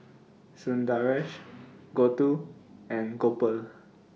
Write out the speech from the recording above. Sundaresh Gouthu and Gopal